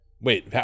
wait